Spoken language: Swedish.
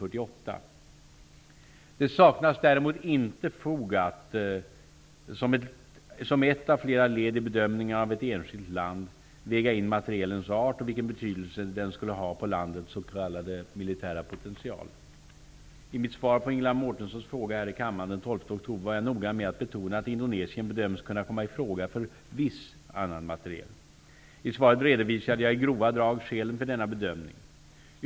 48: ''Det saknas däremot inte fog att, som ett av flera led i bedömningen av ett enskilt land, väga in materielens art och vilken betydelse den skulle ha på landet s.k. militära potential.'' I mitt svar på Ingela Mårtenssons fråga här i kammaren den 12 oktober var jag noga med att betona att Indonesien bedöms kunna komma i fråga för viss annan materiel. I svaret redovisade jag i grova drag skälen för denna bedömning.